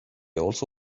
also